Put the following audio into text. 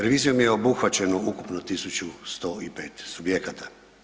Revizijom je obuhvaćeno ukupno 1105 subjekata.